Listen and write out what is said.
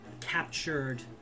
captured